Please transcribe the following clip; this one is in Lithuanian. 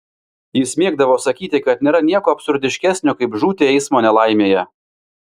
jis mėgdavo sakyti kad nėra nieko absurdiškesnio kaip žūti eismo nelaimėje